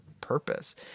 purpose